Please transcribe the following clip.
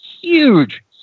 huge